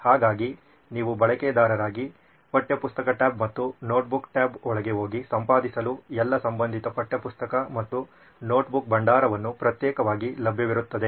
ಹಾಗಾಗಿ ನೀವು ಬಳಕೆದಾರರಾಗಿ ಪಠ್ಯಪುಸ್ತಕ ಟ್ಯಾಬ್ ಮತ್ತು ನೋಟ್ಬುಕ್ ಟ್ಯಾಬ್ ಒಳಗೆ ಹೋಗಿ ಸಂಪಾದಿಸಲು ಎಲ್ಲಾ ಸಂಬಂಧಿತ ಪಠ್ಯಪುಸ್ತಕ ಮತ್ತು ನೋಟ್ಬುಕ್ ಭಂಡಾರವನ್ನು ಪ್ರತ್ಯೇಕವಾಗಿ ಲಭ್ಯವಿರುತ್ತದೆ